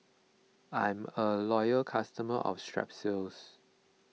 I'm a loyal customer of Strepsils